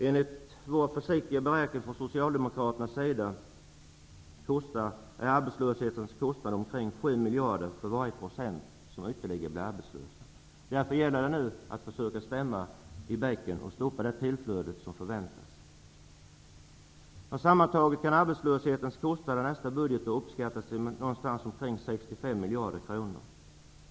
Enligt socialdemokraternas försiktiga beräkningar är arbetslöshetens kostnader omkring 7 miljarder kronor för varje procent som blir arbetslös. Därför vore det bättre att stämma i bäcken och stoppa det tillflöde som förväntas. Sammantaget kan arbetslöshetens kostnader nästa budgetår uppskattas till mellan 45 och 65 miljarder kronor.